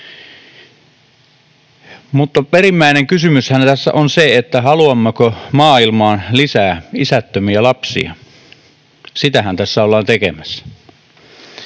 Mutta perimmäinen kysymyshän tässä on se, haluammeko maailmaan lisää isättömiä lapsia. Sitähän tässä ollaan tekemässä.